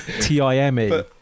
t-i-m-e